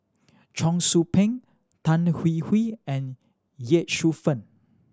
Cheong Soo Pieng Tan Hwee Hwee and Ye Shufang